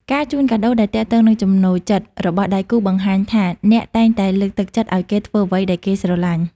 ការជូនកាដូដែលទាក់ទងនឹងចំណូលចិត្ត របស់ដៃគូ បង្ហាញថាអ្នកតែងតែលើកទឹកចិត្តឱ្យគេធ្វើអ្វីដែលគេស្រឡាញ់។